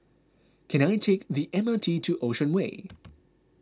can I take the M R T to Ocean Way